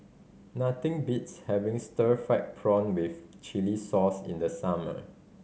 nothing beats having stir fried prawn with chili sauce in the summer